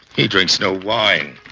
he drinks no wine.